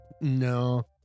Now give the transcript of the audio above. No